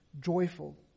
joyful